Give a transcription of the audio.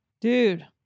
dude